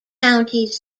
counties